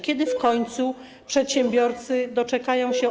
Kiedy w końcu przedsiębiorcy doczekają się.